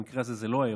זה לא האירוע.